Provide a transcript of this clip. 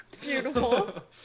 beautiful